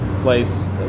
Place